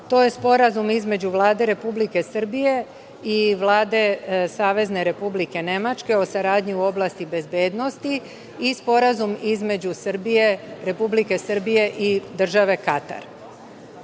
to je Sporazum između Vlade Republike Srbije i Vlade Savezne Republike Nemačke o saradnji u oblasti bezbednosti i Sporazum između Republike Srbije i države Katar. Znači,